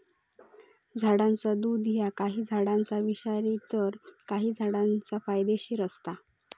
झाडाचा दुध ह्या काही झाडांचा विषारी तर काही झाडांचा फायदेशीर असता